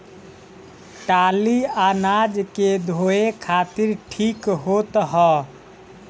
टाली अनाज के धोए खातिर ठीक होत ह